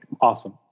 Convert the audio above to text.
Awesome